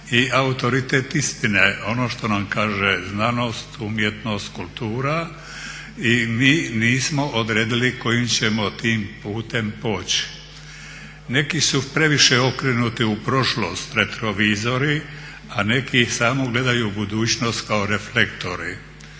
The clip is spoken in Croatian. i autoritet istine. Ono što nam kaže znanost, umjetnost, kultura i mi nismo odredili kojim ćemo tim putem poći. Neki su previše okrenuti u prošlost retrovizori, a neki gledaju samo u budućnost kao reflektori.